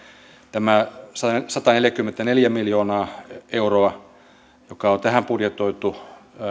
tämä sataneljäkymmentäneljä miljoonaa euroa joka on tähän budjetoitu